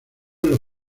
los